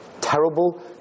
terrible